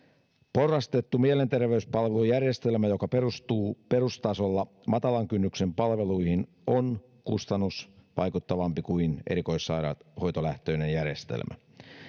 porrastettu mielenterveyspalvelujärjestelmä joka perustuu perustasolla matalan kynnyksen palveluihin on kustannusvaikuttavampi kuin erikoissairaanhoitolähtöinen järjestelmä